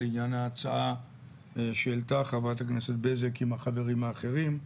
לעניין ההצעה שהעלתה חברת הכנסת בזק עם החברים האחרים,